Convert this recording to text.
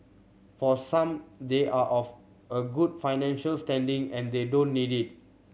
for some they are of a good financial standing and they don't need it